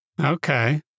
okay